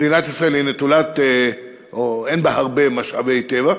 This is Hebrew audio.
מדינת ישראל היא נטולה או אין בה הרבה משאבי טבע,